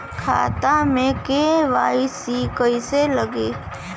खाता में के.वाइ.सी कइसे लगी?